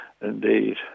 indeed